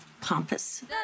pompous